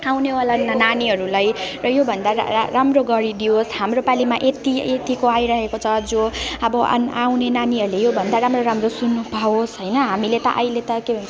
आउनेवाला नानीहरूलाई योभन्दा रा राम्रो गरिदियोस् हाम्रो पालिमा यत्ति यत्तिको आइरहेको छ जो अब आन आउने नानीहरूले योभन्दा राम्रो राम्रो सुन्नु पाओस् होइन हामीले ता अहिले के भन्छ त्यो